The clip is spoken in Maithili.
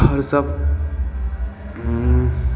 आओर सब